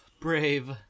Brave